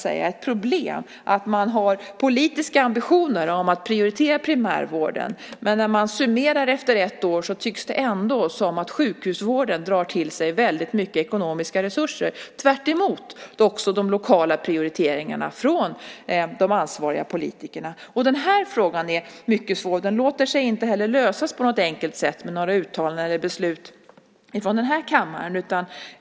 Det är att man har politiska ambitioner att prioritera primärvården, men när man summerar efter ett år tycks det ändå som att sjukhusvården drar till sig väldigt mycket ekonomiska resurser, tvärtemot de lokala prioriteringarna från de ansvariga politikerna. Den här frågan är mycket svår, och den låter sig inte lösas på något enkelt sätt med några uttalanden eller beslut från den här kammaren.